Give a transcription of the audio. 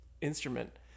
instrument